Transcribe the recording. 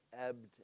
ebbed